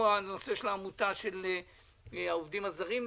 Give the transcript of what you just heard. עלה פה נושא העמותה של העובדים הזרים,